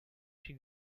she